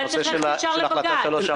אולי צריך ללכת ישר לבג"צ.